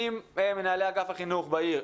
עם מנהלי אגף החינוך בעיר.